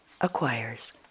acquires